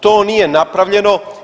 To nije napravljeno.